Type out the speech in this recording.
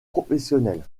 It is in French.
professionnel